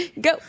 Go